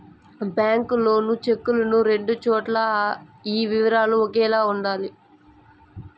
bank loan చెక్కులను రెండు చోట్ల ఈ వివరాలు ఒకేలా ఉండాలి